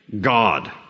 God